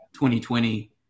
2020